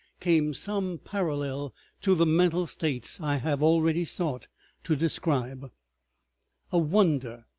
came some parallel to the mental states i have already sought to describe a wonder,